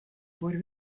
board